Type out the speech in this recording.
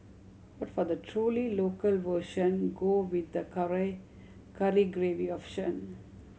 but for the truly local version go with the curry curry gravy option